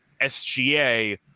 SGA